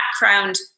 background